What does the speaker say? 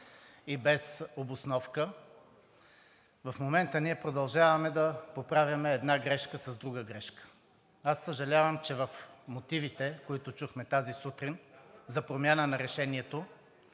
и без обосновка в момента, ние продължаваме да поправяме една грешка с друга грешка. Съжалявам, че в мотивите, които чухме тази сутрин за промяна на решението,